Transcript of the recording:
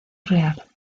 real